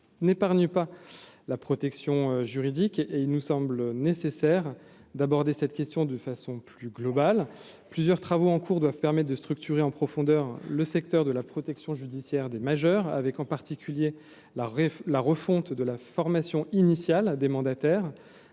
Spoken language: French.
n'épargne pas la protection juridique et il nous semble nécessaire d'aborder cette question de façon plus globale, plusieurs travaux en cours doivent permet de structurer en profondeur le secteur de la protection judiciaire des majeurs, avec en particulier la la refonte de la formation initiale des mandataires